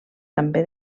també